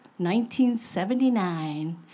1979